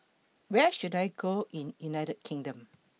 Where should I Go in United Kingdom